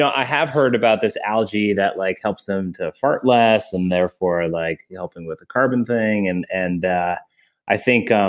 i have heard about this algae that like helps them to fart less and therefore like helping with the carbon thing. and and i think. um